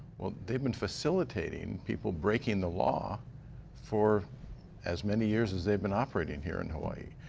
well, they've been facilitating people breaking the law for as many years as they've been operating here in hawai'i.